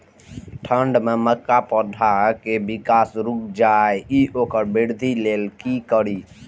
ठंढ में मक्का पौधा के विकास रूक जाय इ वोकर वृद्धि लेल कि करी?